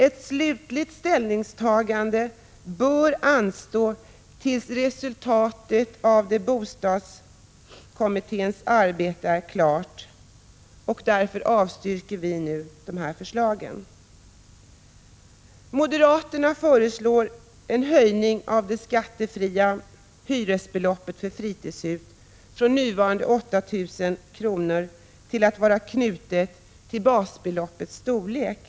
Ett slutligt ställningstagande bör anstå tills resultatet av bostadskommitténs arbete föreligger, och därför avstyrks dessa förslag. Moderaterna föreslår i en motion en höjning av det skattefria hyresbeloppet för fritidshus från nuvarande 8 000 kr. till att vara knutet till basbeloppets storlek.